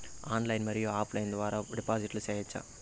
Online మరియు offline ద్వారా డిపాజిట్లు సేయొచ్చా?